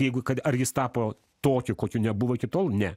jeigu kad ar jis tapo tokiu kokiu nebuvo iki tol ne